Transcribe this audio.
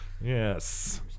Yes